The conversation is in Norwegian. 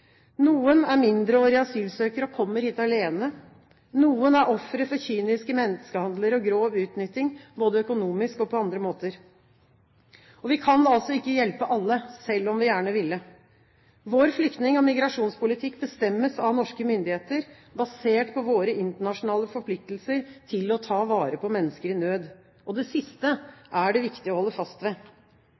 Noen er mindreårige asylsøkere og kommer hit alene. Noen er ofre for kyniske menneskehandlere og grov utnytting, både økonomisk og på andre måter. Vi kan ikke hjelpe alle, selv om vi gjerne ville. Vår flyktning- og migrasjonspolitikk bestemmes av norske myndigheter, basert på våre internasjonale forpliktelser til å ta vare på mennesker i nød. Det siste er det viktig å holde fast ved.